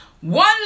One